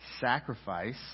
sacrifice